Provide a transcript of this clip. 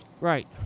Right